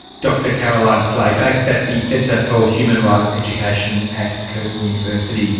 dr caroline fleay, based at the centre for human rights education at curtin university.